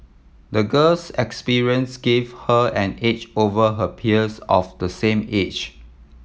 the girl's experience gave her an edge over her peers of the same age